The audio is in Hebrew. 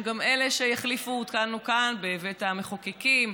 הם גם אלה שיחליפו אותנו כאן בבית המחוקקים,